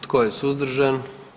Tko je suzdržan?